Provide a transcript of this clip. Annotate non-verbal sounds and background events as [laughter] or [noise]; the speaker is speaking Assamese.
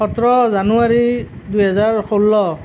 [unintelligible] সোতৰ জানুৱাৰী দুহেজাৰ ষোল্ল